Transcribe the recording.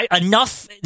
enough